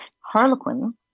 Harlequin